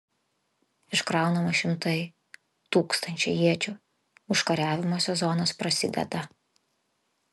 iškraunama šimtai tūkstančiai iečių užkariavimų sezonas prasideda